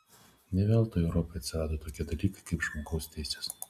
ne veltui europoje atsirado tokie dalykai kaip žmogaus teisės